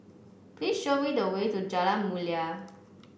please show me the way to Jalan Mulia